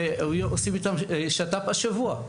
אנחנו עושים איתם שת"פ השבוע.